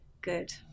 good